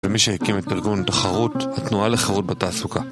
ומי שהקים את ארגון תחרות, התנועה לחרות בתעסוקה